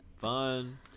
fun